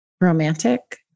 romantic